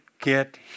get